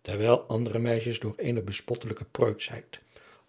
terwijl andere meisjes door eene bespottelijke preutschheid